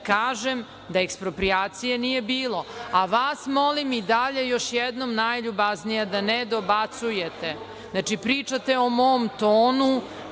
da kažem da eksproprijacije nije bilo, a vas molim i dalje još jednom najljubaznije da ne dobacujete. Znači pričate o mom tonu